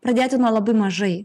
pradėti nuo labai mažai